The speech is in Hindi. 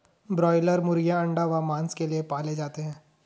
ब्रायलर मुर्गीयां अंडा व मांस के लिए पाले जाते हैं